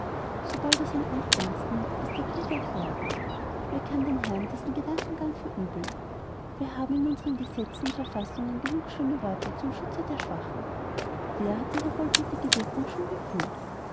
sobald er sein amt ernst nimmt ist der krieg erklärt wer kann den herren diesen gedankengang verübeln wir haben in unsern gesetzen und verfassungen genug schöne worte vom schutze der schwachen wer hat ihre wohltätige wirkung schon gefühlt